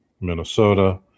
Minnesota